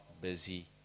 busy